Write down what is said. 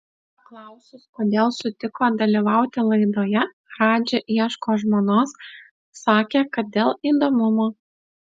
paklausus kodėl sutiko dalyvauti laidoje radži ieško žmonos sakė kad dėl įdomumo